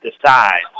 Decide